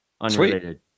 Unrelated